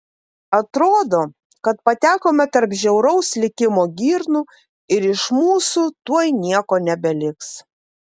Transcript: atrodo kad patekome tarp žiauraus likimo girnų ir iš mūsų tuoj nieko nebeliks